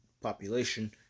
population